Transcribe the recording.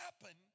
happen